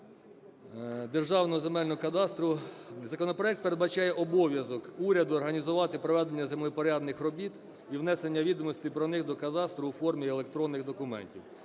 Державного земельного кадастру… законопроект передбачає обов'язок уряду організувати проведення землевпорядних робіт і внесення відомостей про них до кадастру у формі електронних документів.